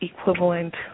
equivalent